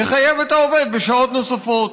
יחייב את העובד בשעות נוספות.